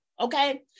okay